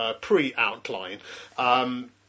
pre-outline